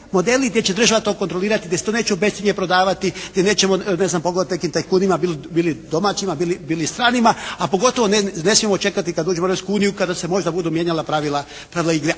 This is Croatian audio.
modeli gdje će država to kontrolirati, gdje se to neće u bescjenje prodavati, gdje nećemo ne znam poglavito nekim tajkunima bili domaćima bili stranima, a pogotovo ne smijemo čekati kada dođemo u Europsku uniju kada se možda budu mijenjala pravila igre.